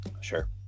Sure